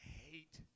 hate